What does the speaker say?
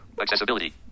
Accessibility